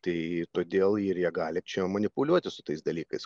tai todėl ir jie gali čia manipuliuoti su tais dalykais